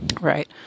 Right